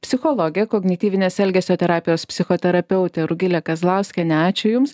psichologė kognityvinės elgesio terapijos psichoterapeutė rugilė kazlauskienė ačiū jums